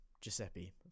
Giuseppe